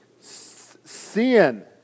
Sin